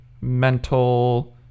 mental